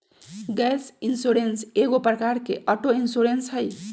gap insurance एगो प्रकार के ऑटो इंश्योरेंस हइ